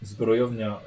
Zbrojownia